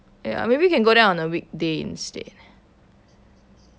ya maybe we can go there on a weekday instead